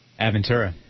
Aventura